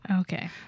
Okay